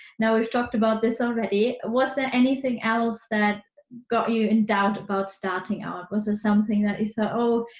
now we've talked about this already, was there anything else that got you in doubt about starting out? was there something that you thought, oh,